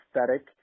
aesthetic